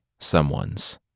someones